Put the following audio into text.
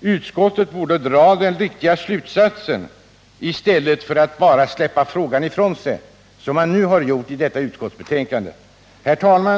Utskottet borde ha dragit den riktiga slutsatsen i stället för att bara släppa frågan ifrån sig som man gjort. Herr talman!